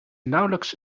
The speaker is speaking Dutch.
nauwelijks